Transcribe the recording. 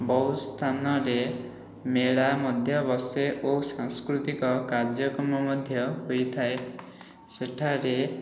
ବହୁତ ସ୍ଥାନରେ ମେଳା ମଧ୍ୟ ବସେ ଓ ସାଂସ୍କୃତିକ କାର୍ଯ୍ୟକ୍ରମ ମଧ୍ୟ ହୋଇଥାଏ ସେଠାରେ